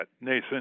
Nathan